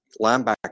linebacker